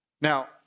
Now